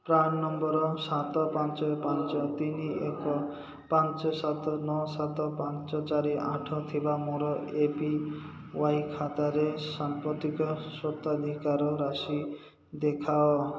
PRAN number ସାତ ପାଞ୍ଚ ପାଞ୍ଚ ତିନି ଏକ ପାଞ୍ଚ ସାତ ନଅ ସାତ ପାଞ୍ଚ ଚାରି ଆଠ ଥିବା ମୋର ଏ ପି ୱାଇ ଖାତାର ସାମ୍ପ୍ରତିକ ସ୍ୱତ୍ୱାଧିକାର ରାଶି ଦେଖାଅ